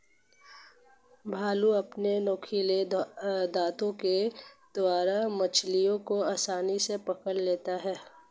भालू अपने नुकीले दातों के द्वारा मछलियों को आसानी से पकड़ लेता है